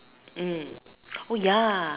mm oh ya